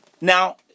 now